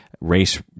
race